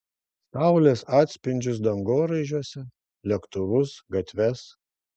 saulės atspindžius dangoraižiuose lėktuvus gatves